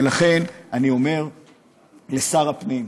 ולכן אני אומר לשר הפנים: